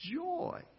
joy